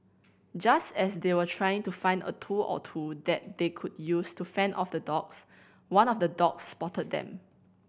just as they were trying to find a tool or two that they could use to fend off the dogs one of the dogs spotted them